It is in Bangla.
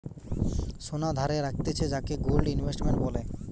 সোনা ধারে রাখতিছে যাকে গোল্ড ইনভেস্টমেন্ট বলে